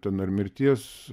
ten ar mirties